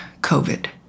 COVID